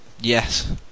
yes